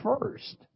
first